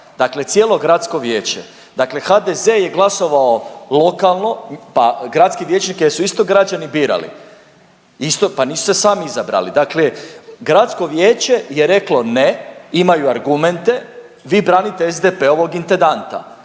dakle cijelo gradsko vijeće, dakle HDZ je glasovao lokalno pa gradske vijećnike su isto građani birali, isto, pa nisu se sami izabrali. Dakle, gradsko vijeće je reklo ne, imaju argumente vi branite SDP-ovog intendanta